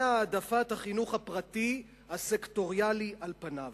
והעדפת החינוך הפרטי הסקטוריאלי על פניו.